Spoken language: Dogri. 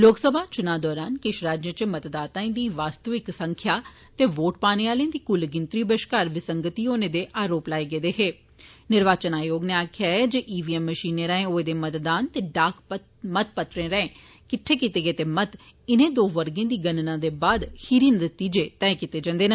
लोकसमा चुनां दोरान किश राज्य च मतदाताए दी बास्तविक संख्या ते वोट पाने आले दी कुल गिनतरी बश्कार विसगंति होने दे आरोप लाए गेदे हे निर्वाचन आयोग नै आक्खेया ऐ जे ई वी एम मशीने राए होए दे मतदान ते डाक मतपत्रें राए किट्डे कीत्ते गेदे मत इनें दो वर्गे गी मतगणना दे बाद खीरी नतीजे तैय कीत्ते जंदे न